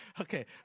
Okay